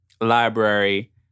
library